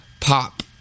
Pop